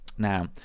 Now